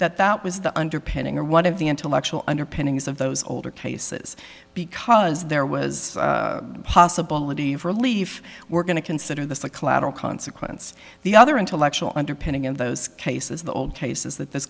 that that was the underpinning or one of the intellectual underpinnings of those older cases because there was a possibility of relief we're going to consider this a collateral consequence the other intellectual underpinning in those cases the old cases that this